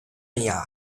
镇压